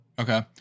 Okay